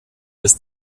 des